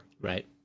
Right